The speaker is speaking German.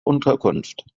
unterkunft